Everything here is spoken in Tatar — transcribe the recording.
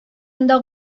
анда